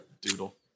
doodle